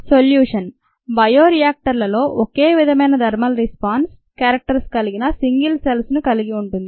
"solution" బయోరియాక్టర్లో ఒకే విధమైన "థర్మల్ రెస్పాన్స్" "క్యారెక్టర్స్" కలిగిన "సింగల్ సెల్స్"ను కలిగి ఉంటుంది